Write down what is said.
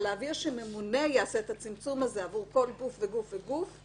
להבהיר שממונה יעשה את הצמצום הזה עבור כל גוף וגוף זה